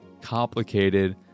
complicated